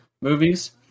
movies